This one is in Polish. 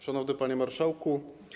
Szanowny Panie Marszałku!